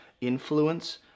influence